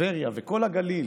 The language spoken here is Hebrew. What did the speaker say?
טבריה וכל הגליל,